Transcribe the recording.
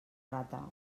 rata